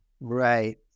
Right